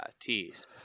tees